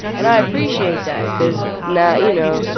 and i appreciate that because now, you know,